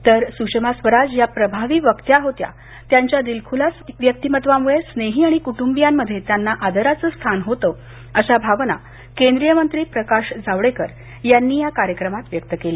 तर सुषमा स्वराज या प्रभावी वक्त्या होत्या त्यांच्या दिलखुलास व्यक्तिमत्त्वामुळे स्नेही आणि कुटुंबियांमध्ये त्यांना आदराचं स्थान होत अशा भावना केंद्रीय मंत्री प्रकाश जावडेकर यांनी या कार्यक्रमात व्यक्त केल्या